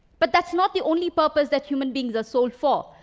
but that's not the only purpose that human beings are sold for.